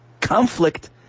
Conflict